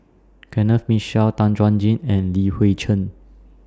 Kenneth Mitchell Tan Chuan Jin and Li Hui Cheng